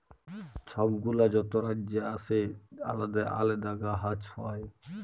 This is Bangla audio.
ছব গুলা যত রাজ্যে আসে আলেদা আলেদা গাহাচ হ্যয়